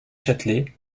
châtelet